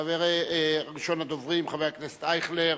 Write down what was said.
ראשון הדוברים, חבר הכנסת אייכלר,